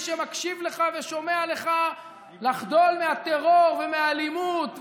שמקשיב לך ושומע לך לחדול מהטרור ומהאלימות.